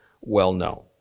well-known